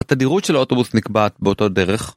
התדירות של האוטובוס נקבעת באותו דרך.